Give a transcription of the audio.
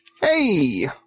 Hey